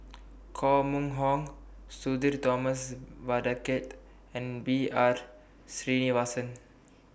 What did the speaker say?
Koh Mun Hong Sudhir Thomas Vadaketh and B R Sreenivasan